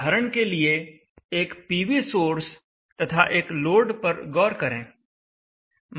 उदाहरण के लिए एक पीवी सोर्स तथा एक लोड पर गौर करें